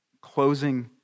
closing